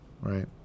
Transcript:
right